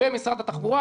במשרד התחבורה,